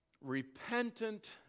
repentant